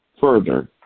further